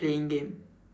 playing game